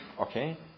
Okay